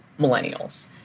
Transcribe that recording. millennials